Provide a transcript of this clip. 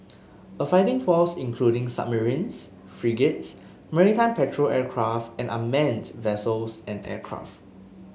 a fighting force including submarines frigates maritime patrol aircraft and unmanned vessels and aircraft